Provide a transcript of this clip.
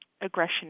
aggression